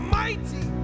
mighty